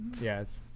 Yes